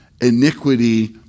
iniquity